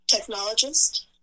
technologist